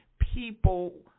people